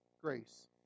Grace